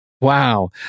Wow